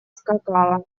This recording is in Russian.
скакала